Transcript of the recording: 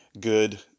good